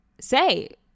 say